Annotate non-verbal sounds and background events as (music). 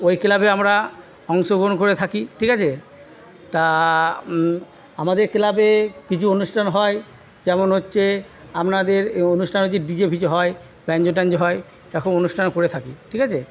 ওই ক্লাবে আমরা অংশগ্রহণ করে থাকি ঠিক আছে তা আমাদের ক্লাবে কিছু অনুষ্ঠান হয় যেমন হচ্ছে আপনাদের এ অনুষ্ঠান হচ্ছে ডিজে ফিজে হয় (unintelligible) ট্যাঞ্জে হয় এরকম অনুষ্ঠান করে থাকি ঠিক আছে